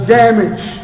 damage